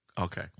Okay